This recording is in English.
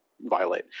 violate